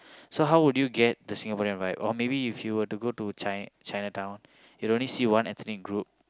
so how would you get the Singaporean vibe or maybe if you were to go to China Chinatown you will only see one ethnic group